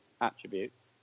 attributes